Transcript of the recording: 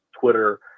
Twitter